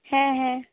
ᱦᱮᱸ ᱦᱮᱸ